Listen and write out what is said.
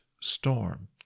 storm